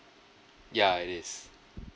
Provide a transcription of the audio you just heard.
ya it is